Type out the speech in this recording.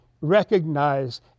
recognize